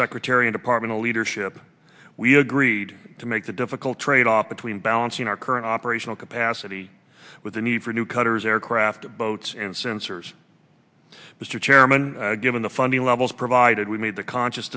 secretary and a part in the leadership we agreed to make the difficult tradeoff between balancing our current operational capacity with the need for new cutters aircraft boats and sensors mr chairman given the funding levels provided we made the conscious